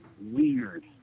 weird